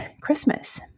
Christmas